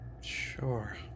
sure